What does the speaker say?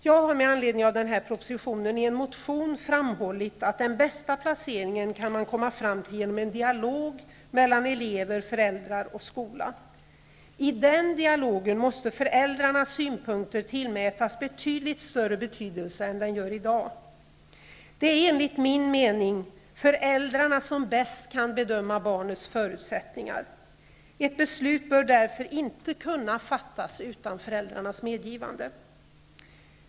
Jag har med anledning av den här propositionen i en motion framhållit att den bästa placeringen kan man komma fram till genom en dialog mellan elever, föräldrar och skola. I den dialogen måste föräldrarnas synpunkter tillmätas avsevärt större betydelse än i dag. Det är enligt min mening föräldrarna som bäst kan bedöma barnets förutsättningar. Ett beslut bör därför inte kunna fattas utan föräldrarnas medgivande.